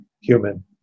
human